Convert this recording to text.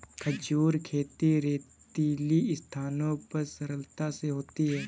खजूर खेती रेतीली स्थानों पर सरलता से होती है